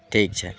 ठीक छै